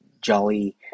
jolly